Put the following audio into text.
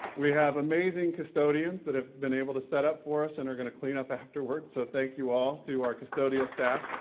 we have amazing custodians that have been able to set up for us and are going to clean up afterwards so thank you all to our custodial staff.